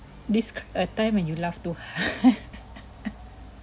describe a time when you laugh too hard